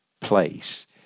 place